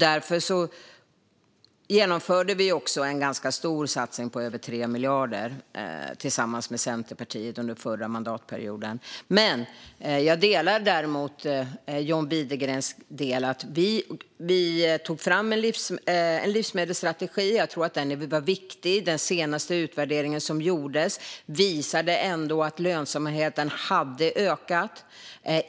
Därför genomförde vi också en ganska stor satsning på över 3 miljarder tillsammans med Centerpartiet under förra mandatperioden. Jag delar däremot John Widegrens syn när det gäller att vi tog fram en livsmedelsstrategi. Jag tror att den var viktig. Den senaste utvärderingen som gjordes visade att lönsamheten hade ökat